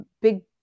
big